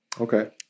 okay